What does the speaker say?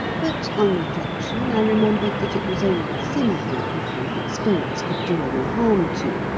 but, on reflection, i remembered that it was only sinful people that spirits could do any harm to,